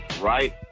right